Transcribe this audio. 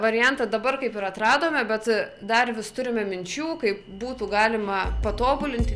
variantą dabar kaip ir atradome bet dar vis turime minčių kaip būtų galima patobulinti